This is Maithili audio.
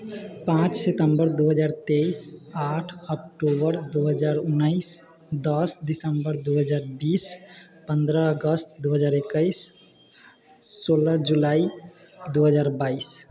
पाँच सितम्बर दू हजार तेइस आठ अक्टूबर दू हजार उनैस दस दिसम्बर दू हजार बीस पन्द्रह अगस्त दू हजार एकैस सोलह जुलाइ दू हजार बाइस